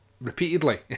repeatedly